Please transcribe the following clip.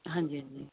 ਹਾਂਜੀ ਹਾਂਜੀ